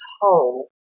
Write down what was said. hole